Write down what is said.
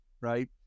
right